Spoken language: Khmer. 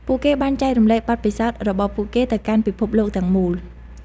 ពួកគេបានចែករំលែកបទពិសោធន៍របស់ពួកគេទៅកាន់ពិភពលោកទាំងមូល។